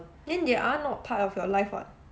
then they are not part of your life [what]